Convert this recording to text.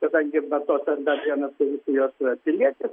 kadangi be to ten dar vienas rusijos pilietis